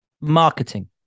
marketing